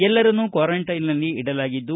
ಎಲ್ಲರನ್ನು ಕ್ವಾರಂಟೈನ್ನಲ್ಲಿ ಇಡಲಾಗಿದ್ದು